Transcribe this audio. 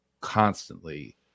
constantly